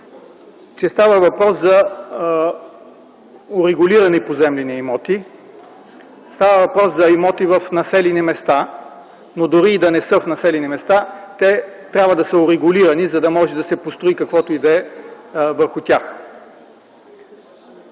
че става въпрос за урегулирани поземлени имоти. Става въпрос за имоти в населени места, но дори и да не са в населени места, трябва да са урегулирани, за да може да се построи каквото и да е върху тях.